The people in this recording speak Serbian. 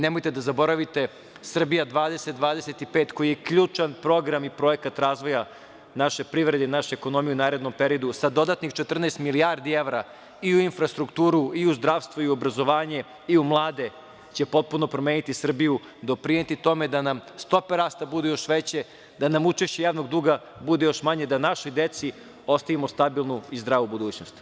Nemojte da zaboravite „Srbija 20-25“ koji je ključan program i projekat razvoja naše privrede i naše ekonomije u narednom periodu, sa dodatnih 14 milijardi evra i u infrastrukturu, i u zdravstvo i obrazovanje i u mlade će potpuno promeniti Srbiju, doprineti tome da nam stope rasta budu još veće, nam učešće javnog duga bude još manje, da našoj deci ostavimo stabilnu i zdravu budućnost.